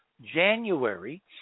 January